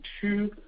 two